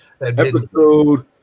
Episode